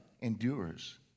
endures